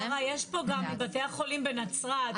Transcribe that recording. יש פה גם מבתי החולים מנצרת,